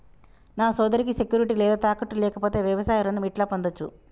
నా సోదరికి సెక్యూరిటీ లేదా తాకట్టు లేకపోతే వ్యవసాయ రుణం ఎట్లా పొందచ్చు?